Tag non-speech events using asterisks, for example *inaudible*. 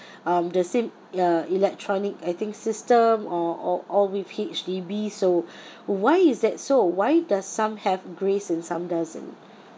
um the same uh electronic I_T system or or or with H_D_B so *breath* why is that so why does some have grace and some doesn't